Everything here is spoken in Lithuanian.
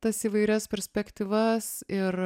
tas įvairias perspektyvas ir